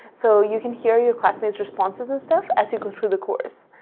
so you can hear your classmates' responses and stuff as you go through the course.